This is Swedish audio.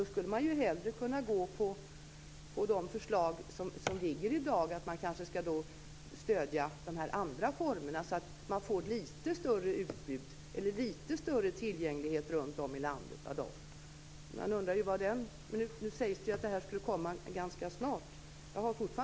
Då skulle man hellre kunna gå på de förslag som föreligger i dag om att stödja de andra formerna så att det blir lite större utbud eller lite större tillgänglighet runtom i landet. Nu sägs det att det här skulle komma ganska snart.